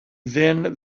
then